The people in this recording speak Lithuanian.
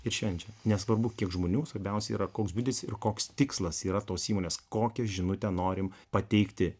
ir švenčia nesvarbu kiek žmonių svarbiausia yra koks ir koks tikslas yra tos įmonės kokią žinutę norim pateikti